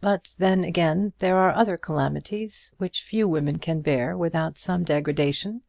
but then, again, there are other calamities which few women can bear without some degradation,